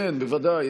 כן, בוודאי.